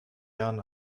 jahren